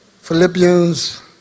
Philippians